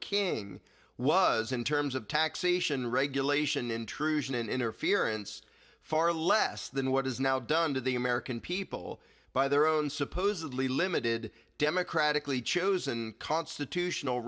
king was in terms of taxation regulation intrusion and interference far less than what is now done to the american people by their own supposedly limited democratically chosen constitutional